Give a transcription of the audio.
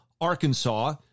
Arkansas